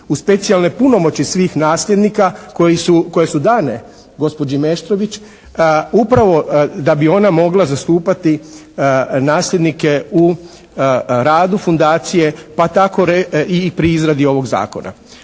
u specijalne punomoći svih nasljednika koje su dane gospođi Meštrović upravo da bi ona mogla zastupati nasljednike u radu fundacije pa tako i pri izradi ovog Zakona.